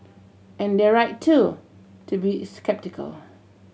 and they're right too to be sceptical